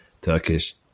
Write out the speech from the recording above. Turkish